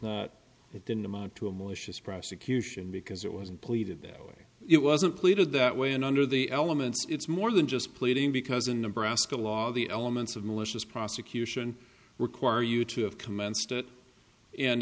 not it didn't amount to a malicious prosecution because it wasn't pleaded that way it wasn't pleaded that way and under the elements it's more than just pleading because in nebraska law the elements of malicious prosecution require you to have commenced it and